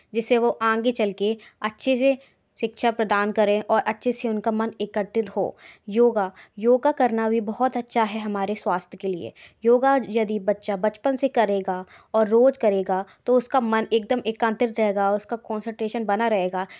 जिससे वो आगे चलके अच्छे से शिक्षा प्रदान करें और अच्छे से उनका मन एकत्रित हो योगा योगा करना भी बहुत अच्छा है हमारे स्वास्थ्य के लिए योगा यदि बच्चा बचपन से करेगा और रोज करेगा तो उसका मन एकदम एकान्तरित रहेगा उसका कॉन्सन्ट्रेशन बना रहेगा